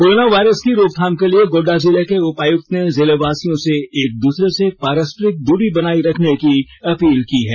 corona virus की रोकथाम के लिए गोड्डा जिले के उपायुक्त ने जिलेवासियों से एक दूसरे से पारस्परिक दूरी बनाये रखने की अपील की है